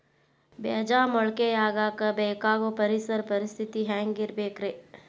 ಬೇಜ ಮೊಳಕೆಯಾಗಕ ಬೇಕಾಗೋ ಪರಿಸರ ಪರಿಸ್ಥಿತಿ ಹ್ಯಾಂಗಿರಬೇಕರೇ?